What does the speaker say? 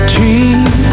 Dream